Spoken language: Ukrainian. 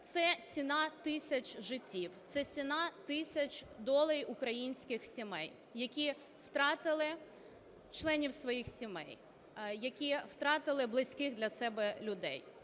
Це ціна тисяч життів, це ціна тисяч доль українських сімей, які втратили членів своїх сімей, які втратили близьких для себе людей.